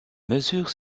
mesures